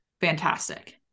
fantastic